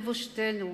לבושתנו,